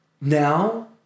now